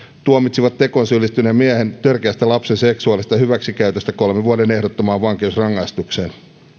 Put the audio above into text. tuomitsivat tekoon syyllistyneen miehen törkeästä lapsen seksuaalisesta hyväksikäytöstä kolmen vuoden ehdottomaan vankeusrangaistukseen